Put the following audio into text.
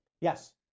Yes